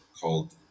called